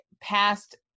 past